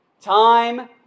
Time